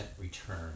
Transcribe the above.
return